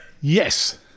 yes